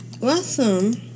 Awesome